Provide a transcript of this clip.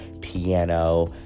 piano